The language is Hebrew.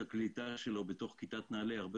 הקליטה שלו אז בתוך כיתת נעל"ה היא הרבה